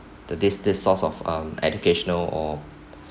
the this this source of um educational or